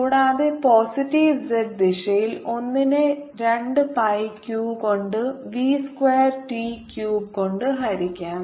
കൂടാതെ positive z ദിശയിൽ 1 നെ 2 pi q കൊണ്ട് v സ്ക്വയർ ടി ക്യൂബ് കൊണ്ട് ഹരിക്കാം